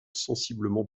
sensiblement